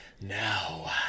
now